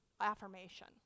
affirmation